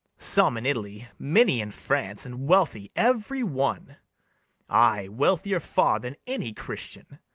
some in italy, many in france, and wealthy every one ay, wealthier far than any christian.